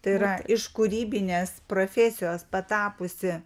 tai yra iš kūrybinės profesijos patapusi